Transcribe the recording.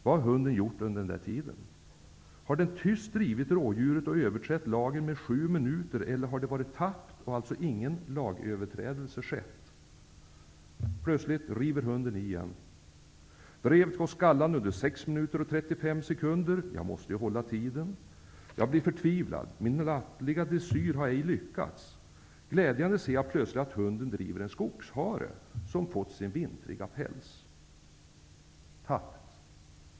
Vad har hunden gjort under denna tid? Har den tyst drivit rådjuret och överträtt lagen med sju minuter eller har det varit tappt, dvs. att ingen lagöverträdelse har skett? Plötsligt river hunden i igen. Drevet går skallande under sex minuter och trettiofem sekunder. Jag måste ju hålla tiden. Jag blir förtvivlad. Min nattliga dressyr har inte lyckats. Till min glädje ser jag plötsligt att hunden driver en skogshare som fått sin vintriga päls. Sedan blir det tappt igen.